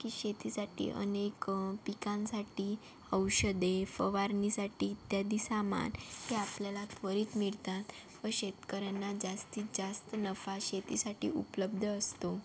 की शेतीसाठी अनेक पिकांसाठी औषधे फवारणीसाठी इत्यादी सामान हे आपल्याला त्वरित मिळतात व शेतकऱ्यांना जास्तीत जास्त नफा शेतीसाठी उपलब्ध असतो